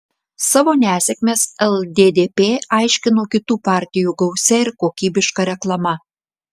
savo nesėkmes lddp aiškino kitų partijų gausia ir kokybiška reklama